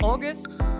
August